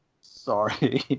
Sorry